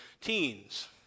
teens